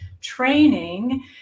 training